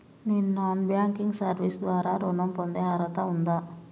నేను non banking service ద్వారా ఋణం పొందే అర్హత ఉందా?